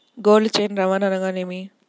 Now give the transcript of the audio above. Cold chain రవాణా అనగా నేమి?